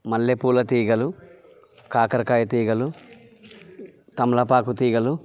మల్లెపూల తీగలు కాకరకాయ తీగలు తమలపాకు తీగలు